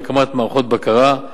להקמת מערכות בקרה,